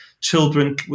children